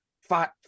five